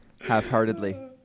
half-heartedly